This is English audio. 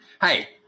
hey